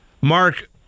Mark